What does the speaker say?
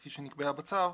כפי שנקבעה בצו,